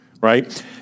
right